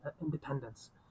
independence